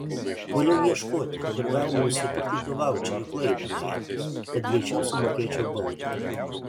puoliau ieškoti kur galima nusipirkti tų vaučerių klaipėdoje kad greičiau sumokėčiau baudą